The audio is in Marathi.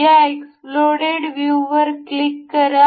या एक्स्प्लोडेड व्ह्यूवर क्लिक करा